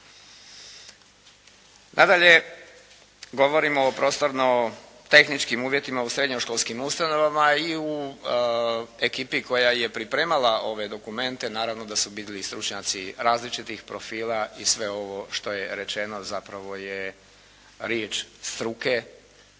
Nadalje, govorimo o prostorno tehničkim uvjetima u srednjoškolskim ustanovama i u ekipi koja je pripremala ove dokumente naravno da su bili stručnjaci različitih profila i sve ovo što je rečeno zapravo je riječ struke